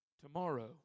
Tomorrow